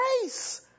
grace